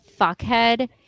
fuckhead